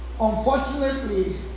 Unfortunately